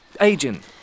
agent